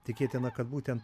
tikėtina kad būtent